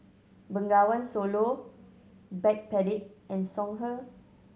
Bengawan Solo Backpedic and Songhe